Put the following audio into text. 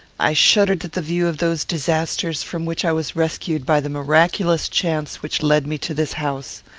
i shuddered at the view of those disasters from which i was rescued by the miraculous chance which led me to this house.